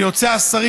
וליועצי השרים,